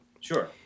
Sure